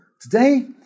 Today